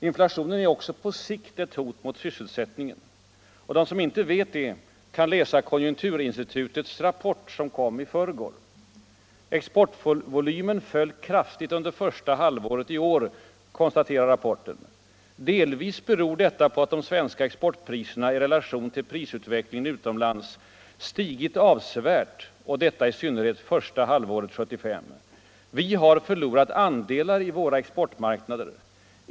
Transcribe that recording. Inflationen är också på sikt ett hot mot sysselsättningen. De som inte vet detta kan läsa konjunkturinstitutets rapport som kom i förrgår. ”Exportvolymen föll kraftigt under första halvåret i år,” konstaterar rapporten. Delvis beror detta på att de svenska exportpriserna i relation till prisutvecklingen utomlands ”stigit avsevärt och detta i synnerhet första halvåret 1975”. Vi har förlorat andelar i våra exportmarknader.